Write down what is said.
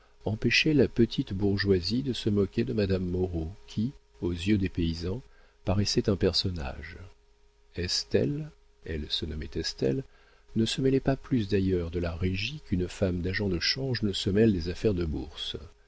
empêchait la petite bourgeoisie de se moquer de madame moreau qui aux yeux des paysans paraissait un personnage estelle elle se nommait estelle ne se mêlait pas plus d'ailleurs de la régie qu'une femme d'agent de change se mêle des affaires de bourse